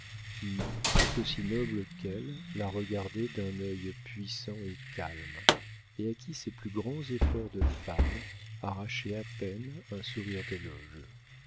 qui tout aussi noble qu'elle la regardait d'un œil puissant et calme et à qui ses plus grands efforts de femme arrachaient à peine un sourire d'éloge